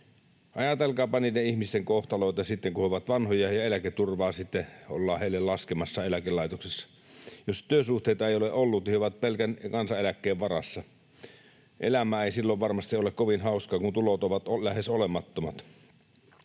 Ajatelkaapa niiden ihmisten kohtaloita sitten, kun he ovat vanhoja ja eläketurvaa ollaan heille laskemassa eläkelaitoksessa. Jos työsuhteita ei ole ollut, niin he ovat pelkän kansaneläkkeen varassa. Elämä ei silloin varmasti ole kovin hauskaa, kun tulot ovat lähes olemattomat.